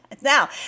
now